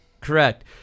Correct